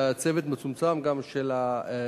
בצוות מצומצם של הוועדה